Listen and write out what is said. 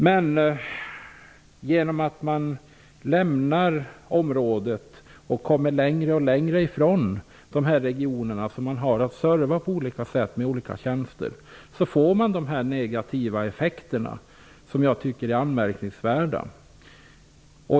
Men i och med att företaget lämnar området och kommer längre och längre bort från den region som företaget har att ge service till uppstår dessa negativa effekter. Jag tycker att det är anmärkningsvärt.